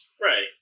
right